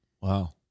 Wow